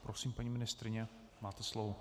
Prosím, paní ministryně, máte slovo.